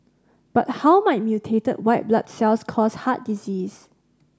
but how might mutated white blood cells cause heart disease